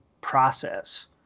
process